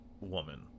woman